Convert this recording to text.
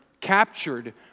captured